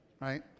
Right